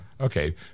Okay